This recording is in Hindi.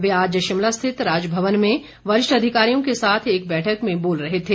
वे आज शिमला स्थित राजभवन में वरिष्ठ अधिकारियों के साथ एक बैठक में बोल रहे थे